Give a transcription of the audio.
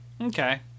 Okay